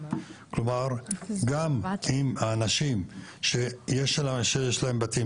כלומר גם אם אנשים שיש להם בתים